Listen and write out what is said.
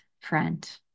friend